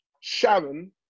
Sharon